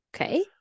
Okay